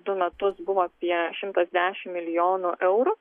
du metus buvo apie šimtas dešimt milijonų eurų